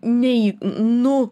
nei nu